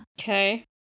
Okay